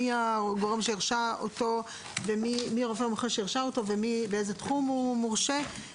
מי הרופא המומחה שהרשה אותו ובאיזה תחום הוא מורשה,